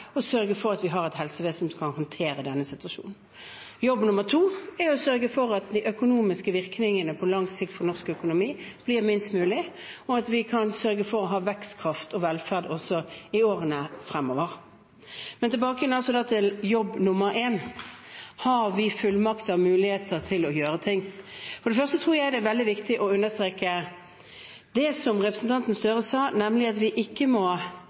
og sørge for at vi har et helsevesen som kan håndtere denne situasjonen. Jobb nummer to er å sørge for at de økonomiske virkningene for norsk økonomi på lang sikt blir minst mulig, og at vi kan sørge for å ha vekstkraft og velferd også i årene fremover. Men tilbake igjen til jobb nummer én. Har vi fullmakter og mulighet til å gjøre ting? For det første tror jeg det er veldig viktig å understreke det som representanten Gahr Støre sa, nemlig at vi ikke må